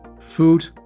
Food